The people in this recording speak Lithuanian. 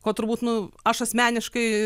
ko turbūt nu aš asmeniškai